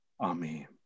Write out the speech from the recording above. Amen